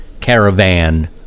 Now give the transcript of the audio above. caravan